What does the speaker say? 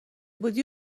بودی